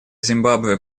зимбабве